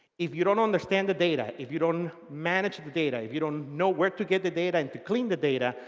if you don't understand the data, if you don't manage the data, if you don't know where to get the data and clean the data,